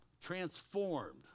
transformed